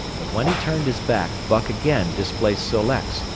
but when he turned his back buck again displaced sol-leks,